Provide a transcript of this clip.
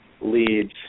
leads